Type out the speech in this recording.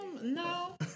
no